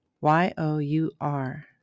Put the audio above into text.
Y-O-U-R